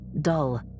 dull